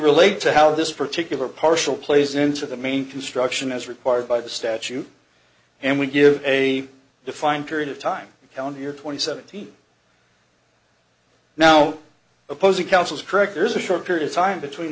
relate to how this particular partial plays into the main construction as required by the statute and we give a defined period of time calendar year twenty seventeen now opposing counsel is correct there is a short period of time between